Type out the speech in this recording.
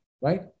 right